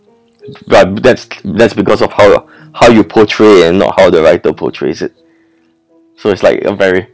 that that's that's because of how how you portray and not how the writer portrays it so it's like a very